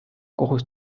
kohus